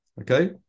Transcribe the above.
okay